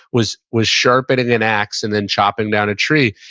was was sharpening an axe and then chopping down a tree.